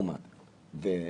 את צודקת.